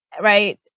right